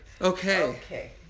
Okay